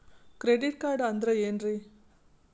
Credit card ಅಂದ್ರ ಏನ್ರೀ?